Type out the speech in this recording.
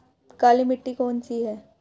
काली मिट्टी कौन सी है?